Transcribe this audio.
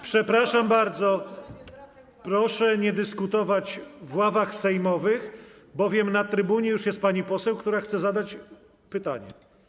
Przepraszam bardzo, proszę nie dyskutować w ławach sejmowych, bowiem na trybunie jest już pani poseł, która chce zadać pytanie.